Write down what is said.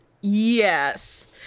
Yes